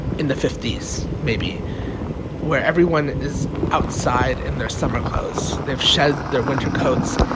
in the fifty s maybe where everyone is outside in their summer clothes, they've shed their winter coats,